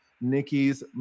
Nikki's